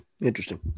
interesting